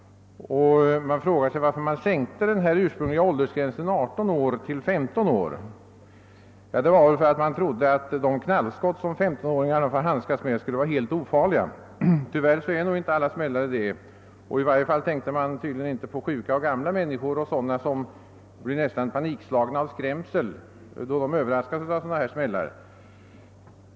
Men varför sänktes den ursprungliga åldersgränsen från 18 till 15 år? Ja, man trodde väl att de knallskott som 13-åringar får handskas med skulle vara helt ofarliga. Tyvärr är nog inte alla smällare det, och i varje fall tänkte man tydligen inte på sjuka och gamla människor och andra som blir nästan panikslagna av skrämsel då de överraskas av dessa smällar.